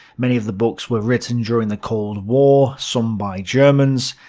many of the books were written during the cold war, some by germans,